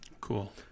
Cool